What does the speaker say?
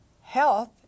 health